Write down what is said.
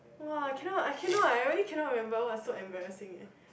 !wah! I cannot I cannot I really cannot remember what is so embarrassing eh